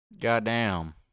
Goddamn